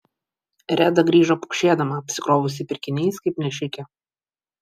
reda grįžo pukšėdama apsikrovusi pirkiniais kaip nešikė